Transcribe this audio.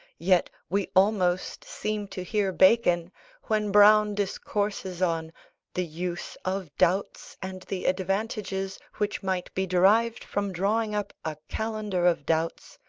yet we almost seem to hear bacon when browne discourses on the use of doubts, and the advantages which might be derived from drawing up a calendar of doubts,